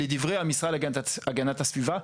לדברי המשרד להגנת הסביבה,